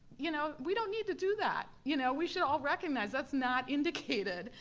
you know we don't need to do that. you know we should all recognize that's not indicated.